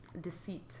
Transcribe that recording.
deceit